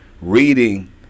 reading